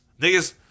Niggas